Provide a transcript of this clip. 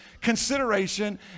consideration